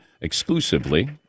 exclusively